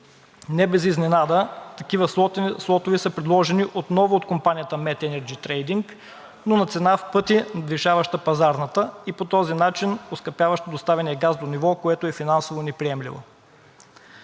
Не без изненада такива слотове са предложени отново от компанията „МЕТ Енерджи Трейдинг“, но на цена в пъти надвишаваща пазарната и по този начин оскъпяваща доставения газ до ниво, което е финансово неприемливо.